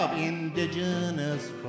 indigenous